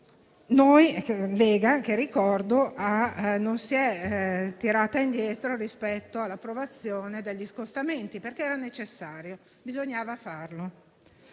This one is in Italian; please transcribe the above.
Ricordo che la Lega non si è tirata indietro rispetto all'approvazione degli scostamenti, perché era necessario, bisognava farlo.